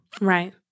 Right